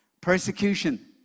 Persecution